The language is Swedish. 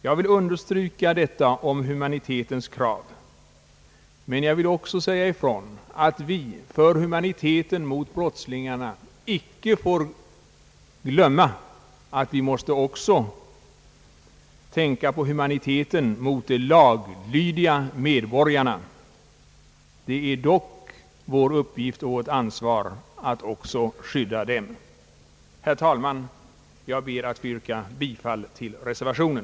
Jag understryker detta om humanitetens krav, men jag vill samtidigt säga ifrån att vi för humaniteten mot brottslingarna icke får glömma humaniteten mot de laglydiga medborgarna. Det är dock vår uppgift och vårt ansvar att i första hand skydda dem. Herr talman! Jag ber att få yrka bifall till reservationen.